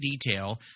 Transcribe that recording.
detail